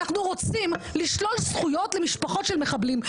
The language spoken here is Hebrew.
אנחנו רוצים לשלול זכויות למשפחות של מחבלים,